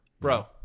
Bro